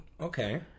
okay